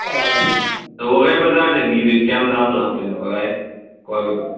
ꯋꯥꯕꯒꯥꯏ ꯕꯖꯥꯔꯗꯒꯤꯗꯤ ꯀꯌꯥꯝ ꯂꯥꯞꯅ ꯂꯥꯛꯇꯣꯏꯅꯣ ꯋꯥꯕꯒꯥꯏ ꯀꯥꯏꯋꯥꯏꯗ